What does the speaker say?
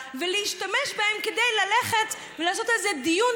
ולהשתמש בהם כדי ללכת ולעשות איזה דיון,